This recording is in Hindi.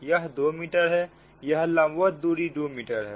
यह 2 मीटर है यह लंबवत दूरी 2 मीटर है